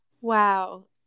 Wow